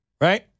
Right